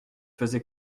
faisait